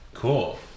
Cool